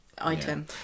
item